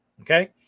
Okay